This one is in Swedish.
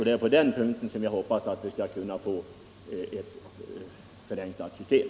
Det är på den punkten som jag hoppas att vi skall kunna få ett förenklat system.